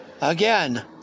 again